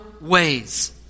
ways